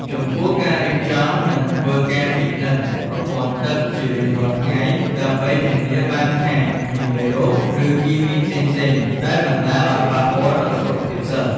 ចំពោះការរៀបចំនិងធ្វើការពិនិត្យប្រពន្ធ័ទឹកជារៀងរាល់ថ្ងៃដើម្បីធានាបានថាគ្មានមេរោគ ឬគីមីផ្សេងៗដែលបណ្តាលឲ្យប៉ះពាល់ដល់សុខភាពសិស្ស។